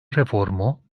reformu